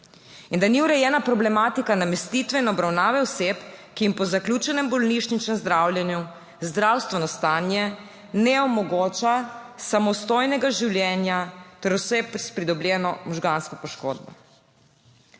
in da ni urejena problematika namestitve in obravnave oseb, ki jim po zaključenem bolnišničnem zdravljenju zdravstveno stanje ne omogoča samostojnega življenja ter oseb s pridobljeno možgansko poškodbo.